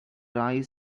eyes